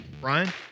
brian